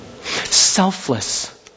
Selfless